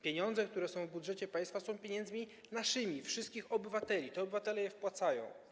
Pieniądze, które są w budżecie państwa, są naszymi pieniędzmi, wszystkich obywateli, to obywatele je wpłacają.